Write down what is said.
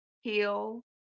heal